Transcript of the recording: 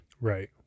Right